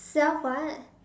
self what